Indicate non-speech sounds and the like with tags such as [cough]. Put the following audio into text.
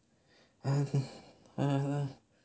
[noise] ah